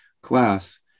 class